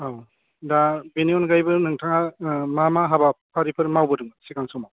औ दा बेनि अनगायैबो नोंथाङा मा मा हाबाफारिफोर मावबोदोंमोन सिगां समाव